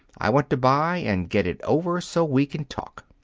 i want to buy and get it over, so we can talk.